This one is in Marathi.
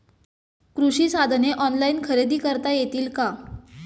कृषी साधने ऑनलाइन खरेदी करता येतील का?